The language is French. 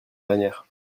dernière